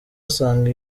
asanga